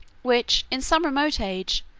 which, in some remote age,